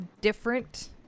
different